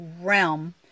realm